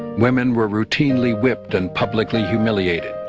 women were routinely whipped and publicly humiliated.